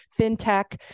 fintech